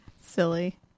silly